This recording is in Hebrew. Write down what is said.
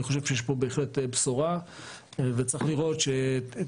אני חושב שיש פה בהחלט בשורה וצריך לראות שממשיכה